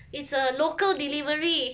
it's a local delivery